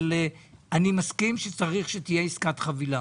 אבל אני מסכים שצריכה להיות עסקת חבילה.